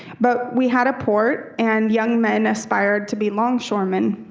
but we had a port, and young men aspire to be longshoremen,